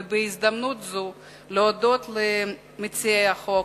ובהזדמנות זו להודות למציעי החוק,